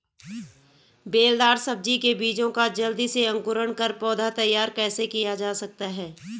बेलदार सब्जी के बीजों का जल्दी से अंकुरण कर पौधा तैयार कैसे किया जा सकता है?